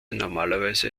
normalerweise